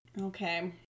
Okay